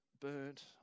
burnt